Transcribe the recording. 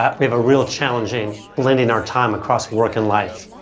ah we have a real challenge in blending our time across work and life.